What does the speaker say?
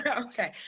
okay